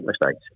mistakes